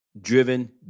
driven